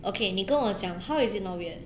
okay 你跟我讲 how is it not weird